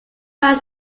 mind